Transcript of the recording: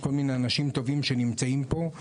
מכל מיני אנשים טובים שנמצאים פה.